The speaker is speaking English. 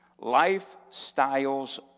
Lifestyles